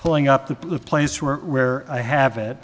pulling up to a place where where i have it